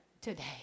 today